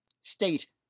state